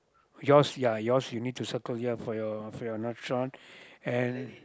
yours ya yours you need to circle here for your for your not short and